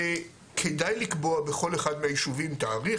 כדאי לקבוע בכל אחד מהיישובים תאריך,